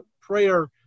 prayer